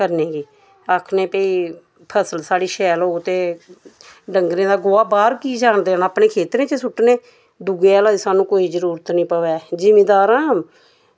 करने गी आक्खने भई फसल साढ़ी शैल होग ते डंगरें दा गोहा बाह्र की जान देना अपने खेत्तरें च सुट्टने आं ते दूआ आह्ला सानूं कोई जरूरत निं पवै जमींदार आं